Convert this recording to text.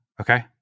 Okay